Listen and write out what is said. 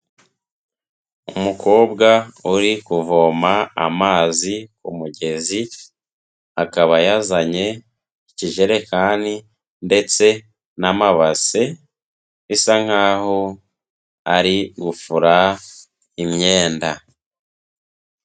Umukobwa uri kuvoma amazi ku mugezi, akaba yazanye ikijerekani ndetse n'amabase, bisa nk'aho ari gufura imyenda.